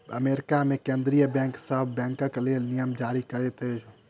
America मे केंद्रीय bank सभ बैंकक लेल नियम जारी करैत अछि